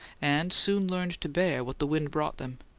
and soon learned to bear what the wind brought them.